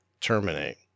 terminate